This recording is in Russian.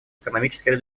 экономических